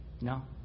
No